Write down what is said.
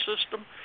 system